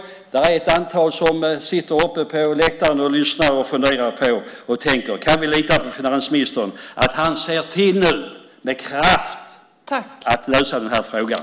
Det är ett antal som sitter uppe på läktaren och lyssnar, och de funderar: Kan vi lita på att finansministern nu ser till att med kraft lösa den här frågan?